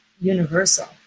universal